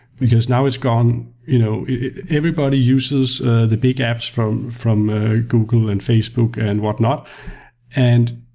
because now it's gone you know everybody uses the big apps from from google, and facebook, and what not. and